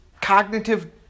cognitive